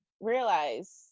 realize